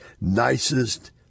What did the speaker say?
nicest